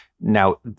Now